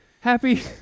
happy